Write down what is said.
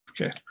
Okay